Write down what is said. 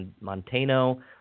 Montano